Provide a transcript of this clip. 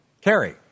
Carrie